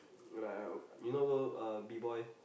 like uh you know those uh B-Boy